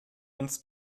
uns